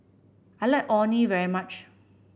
I like Orh Nee very much